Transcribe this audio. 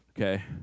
okay